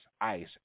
ice